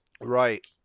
Right